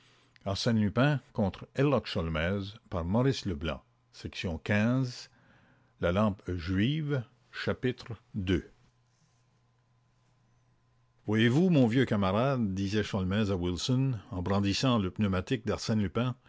oyez vous mon vieux camarade disait sholmès à wilson en brandissant le pneumatique d'arsène